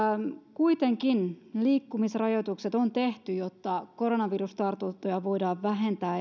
kuitenkin liikkumisrajoitukset on tehty jotta koronavirustartuntoja voidaan vähentää